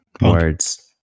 Words